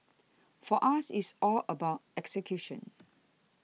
for us it's all about execution